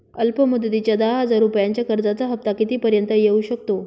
अल्प मुदतीच्या दहा हजार रुपयांच्या कर्जाचा हफ्ता किती पर्यंत येवू शकतो?